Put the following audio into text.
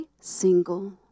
single